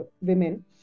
women